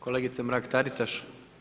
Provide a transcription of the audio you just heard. Kolegice Mrak-Taritaš.